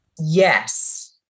Yes